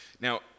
Now